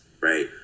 right